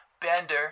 Bender